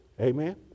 Amen